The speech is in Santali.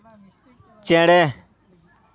ᱪᱮᱬᱮ